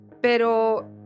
pero